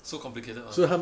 so complicated [one] ah